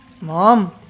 Mom